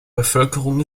bevölkerung